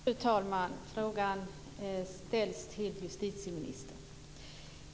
Fru talman! Frågan ställs till justitieministern.